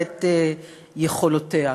ואת יכולתה.